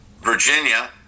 Virginia